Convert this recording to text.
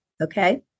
Okay